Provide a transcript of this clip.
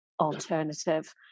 alternative